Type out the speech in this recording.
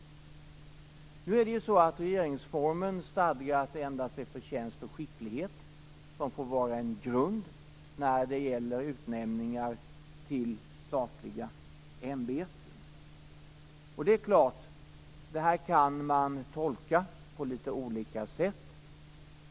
Regeringsformen stadgar att det endast är förtjänst och skicklighet som får utgöra grund vid utnämningar till statliga ämbeten. Det är klart att man kan tolka detta på litet olika sätt.